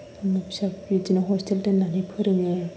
आंनि फिसाखौ बिदिनो हस्टेल दोननानै फोरोङो